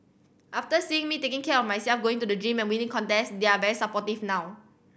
after seeing me taking care of myself going to the gym and winning contests they're very supportive now